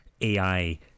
AI